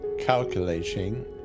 calculating